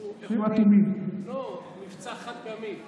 שעשו מבצע חד-פעמי.